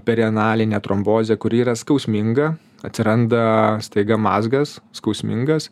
perianalinė trombozė kuri yra skausminga atsiranda staiga mazgas skausmingas